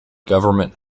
government